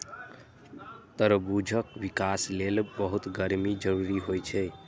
तरबूजक विकास लेल बहुत गर्मी जरूरी होइ छै